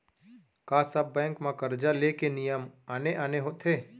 का सब बैंक म करजा ले के नियम आने आने होथे?